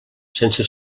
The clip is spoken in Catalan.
sense